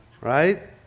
right